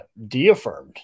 deaffirmed